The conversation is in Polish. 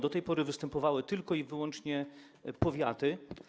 Do tej pory występowały tylko i wyłącznie powiaty.